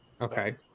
Okay